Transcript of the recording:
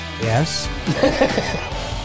Yes